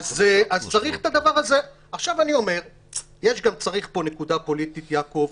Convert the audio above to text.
צריך להגיד פה גם נקודה פוליטית, יעקב.